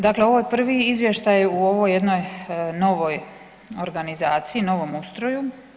Dakle, ovo je prvi izvještaj u ovoj jednoj novoj organizaciji, novom ustroju.